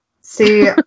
see